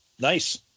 nice